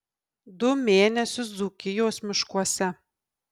du mėnesius dzūkijos miškuose